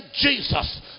Jesus